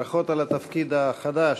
ברכות על התפקיד החדש,